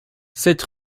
sept